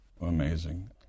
Amazing